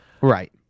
Right